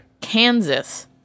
Kansas